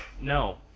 No